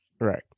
Right